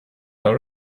our